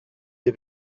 des